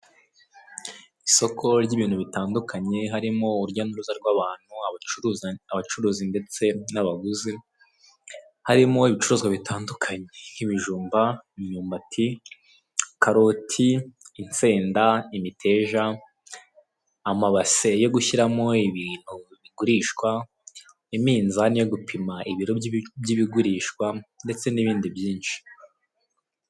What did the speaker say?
Isoko ry'ibintu bitandukanye, harimo urujya n'uruza rw'abantu, abacuruzi ndetse n'abaguzi. Harimo ibicuruzwa bitandukanye: nk'ibijumba, imyumbati, karoti, insenda, imiteja, amabase yo gushyiramo ibintu bigurishwa, iminzani yo gupima ibiro by'ibigurishwa ndetse n'ibindi byinshi.